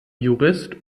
jurist